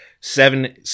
seven